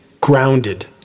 grounded